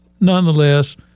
nonetheless